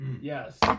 Yes